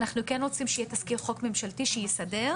אנחנו כן רוצים שיהיה תזכיר חוק ממשלתי שיסדר.